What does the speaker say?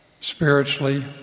Spiritually